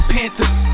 Panthers